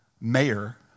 mayor